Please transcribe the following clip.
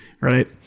Right